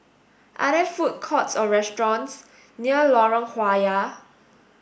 are there food courts or restaurants near Lorong Halwa